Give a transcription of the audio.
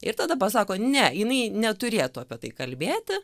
ir tada pasako ne jinai neturėtų apie tai kalbėti